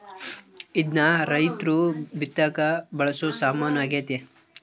ಇದ್ನ ರೈರ್ತು ಬಿತ್ತಕ ಬಳಸೊ ಸಾಮಾನು ಆಗ್ಯತೆ